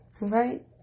right